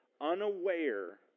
unaware